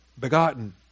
begotten